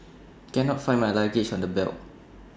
cannot find my luggage on the belt